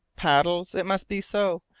paddles! it must be so,